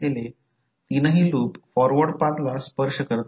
आता त्याचप्रमाणे आता i1 कॉइल 1 च्या डॉटेड टर्मिनलमध्ये प्रवेश करतो